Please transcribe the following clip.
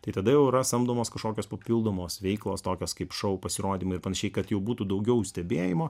tai tada jau yra samdomos kažkokios papildomos veiklos tokios kaip šou pasirodymų ir panašiai kad jau būtų daugiau stebėjimo